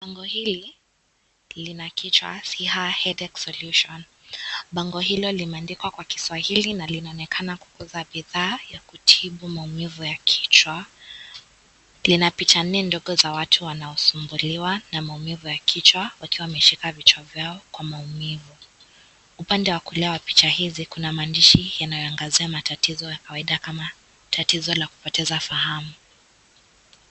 Bango hili lina kichwa Siha Headache Solution . Bango hilo limeandikwa kwa kiswahili na linaonekana kuuza bidhaa ya kutibu maumivu ya kichwa . Lina picha nne ndogo za watu wanaosumbuliwa na maumivu ya kichwa wakiwa wameshika vichwa vyao kwa maumivu. Upande wa kulia wa picha hizi kuna maandishi yanayoangazia matatizo ya kawaida kama tatizo la kupoteza fahamu.